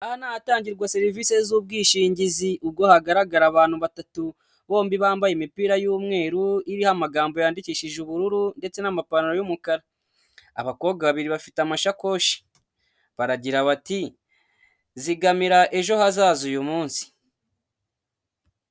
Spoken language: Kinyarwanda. Aha ni ahatangirwa serivisi z'ubwishingizi, ubwo hagaragara abantu batatu, bombi bambaye imipira y'umweru iriho amagambo yandikishije ubururu ndetse n'amapantaro y'umukara. Abakobwa babiri bafite amashakoshi. Baragira bati: zigamira ejo hazaza uyu munsi.